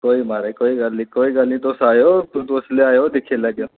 कोई माराज कोई गल्ल नेईं तुस आएओ फ्ही दिक्खी लैह्गे